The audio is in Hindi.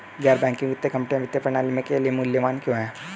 गैर बैंकिंग वित्तीय कंपनियाँ वित्तीय प्रणाली के लिए मूल्यवान क्यों हैं?